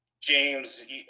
James